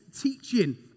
teaching